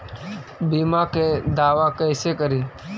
बीमा के दावा कैसे करी?